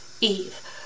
eve